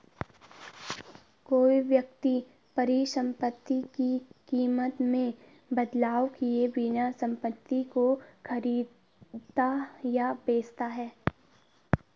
कोई व्यक्ति परिसंपत्ति की कीमत में बदलाव किए बिना संपत्ति को खरीदता या बेचता है